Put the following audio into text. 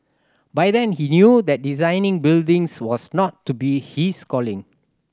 by then he knew that designing buildings was not to be his calling